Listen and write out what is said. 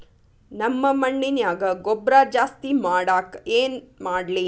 ನಮ್ಮ ಮಣ್ಣಿನ್ಯಾಗ ಗೊಬ್ರಾ ಜಾಸ್ತಿ ಮಾಡಾಕ ಏನ್ ಮಾಡ್ಲಿ?